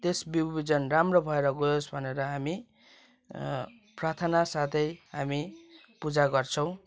त्यस बिउ बिजन राम्रो भएर गयोस भनेर हामी प्रार्थना साथै हामी पूजा गर्छौँ